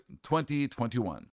2021